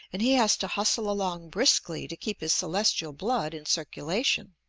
and he has to hustle along briskly to keep his celestial blood in circulation.